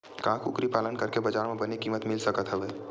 का कुकरी पालन करके बजार म बने किमत मिल सकत हवय?